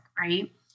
Right